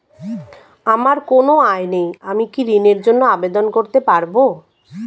আমার কোনো আয় নেই আমি কি ঋণের জন্য আবেদন করতে পারব?